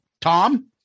Tom